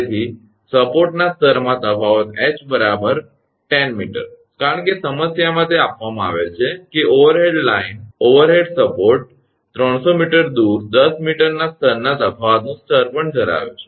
તેથી સપોર્ટના સ્તરમાં તફાવત ℎ 10 𝑚 કારણ કે સમસ્યામાં તે આપવામાં આવેલ છે કે ઓવરહેડ સપોર્ટ 300 𝑚 દૂર 10 𝑚 ના સ્તરના તફાવતનું સ્તર પણ ધરાવે છે